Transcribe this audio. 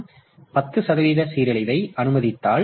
எனவே 10 சதவீத சீரழிவை அனுமதித்தால்